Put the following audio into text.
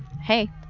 Hey